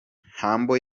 humble